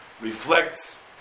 reflects